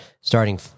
starting